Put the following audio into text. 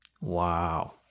Wow